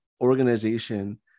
organization